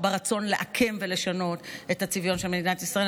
ברצון לעקם ולשנות את הצביון של מדינת ישראל.